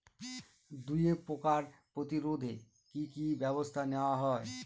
দুয়ে পোকার প্রতিরোধে কি কি ব্যাবস্থা নেওয়া হয়?